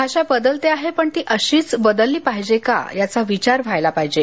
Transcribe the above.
भाषा बदलते आहे पण ती अशीच बदलली पाहिजे का याचा विचार व्हायला पाहिजे